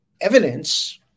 evidence